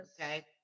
Okay